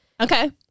Okay